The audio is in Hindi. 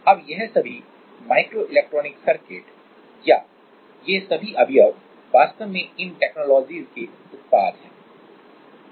अब यह सभी माइक्रोइलेक्ट्रॉनिक सर्किट या ये सभी अवयव वास्तव में इन टेक्नोलॉजीज के उत्पाद हैं